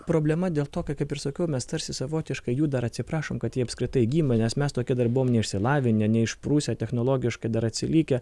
problema dėl to kai kaip ir sakiau mes tarsi savotiškai jų dar atsiprašom kad jie apskritai gimė nes mes tokie dar buvom neišsilavinę neišprusę technologiškai dar atsilikę